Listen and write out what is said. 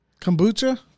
Kombucha